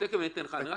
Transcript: אני תיכף אתן לך.